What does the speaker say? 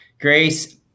Grace